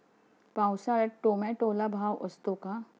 पावसाळ्यात टोमॅटोला भाव असतो का?